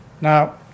Now